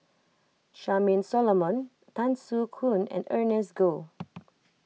Charmaine Solomon Tan Soo Khoon and Ernest Goh